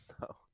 No